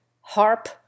Harp